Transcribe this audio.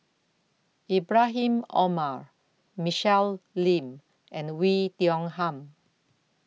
Ibrahim Omar Michelle Lim and Oei Tiong Ham